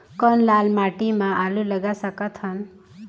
कौन लाल माटी म आलू लगा सकत हन?